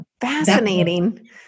Fascinating